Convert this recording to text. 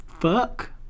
Fuck